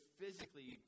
physically